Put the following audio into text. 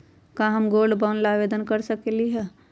का हम gold bond ला आवेदन कर सकली ह?